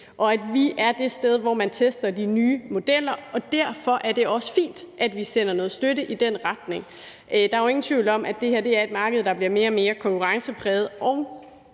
og at vi er det sted, hvor man tester de nye modeller. Derfor er det også fint, at vi sender noget støtte i den retning. Der er jo ingen tvivl om, at det her er et marked, der bliver mere og mere konkurrencepræget,